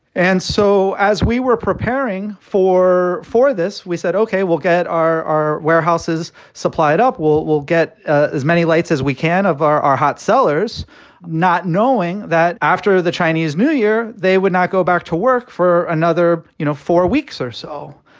and so as we were preparing for for this, we said, ok, we'll get, ah warehouses supplied up. we'll we'll get ah as many lights as we can of our our hot sellers not knowing that after the chinese new year, they would not go back to work for another, you know, four weeks or so.